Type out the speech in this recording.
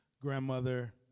grandmother